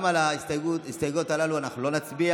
גם על ההסתייגויות הללו אנחנו לא נצביע.